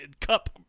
cup